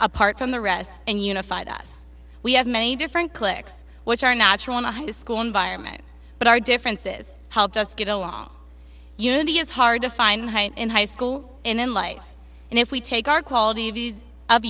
apart from the rest and unified us we have many different cliques which are natural in a high school environment but our differences helped us get along unity is hard to find in high school and in life and if we take our quality of